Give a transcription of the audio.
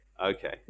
okay